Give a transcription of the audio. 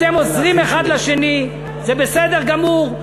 אתם עוזרים אחד לשני, זה בסדר גמור.